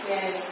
Yes